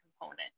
component